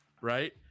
right